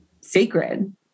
sacred